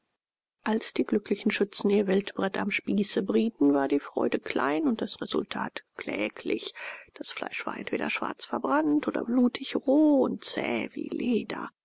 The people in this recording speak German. als die glücklichen schützen ihr wildbret am spieße brieten war die freude klein und das resultat kläglich das fleisch war entweder schwarz verbrannt oder blutig roh und zäh wie leder